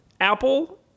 Apple